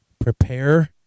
Prepare